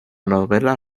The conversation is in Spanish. novela